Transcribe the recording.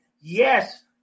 yes